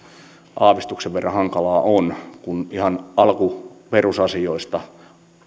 aavistuksen verran hankalaa on kun ihan alku perusasioista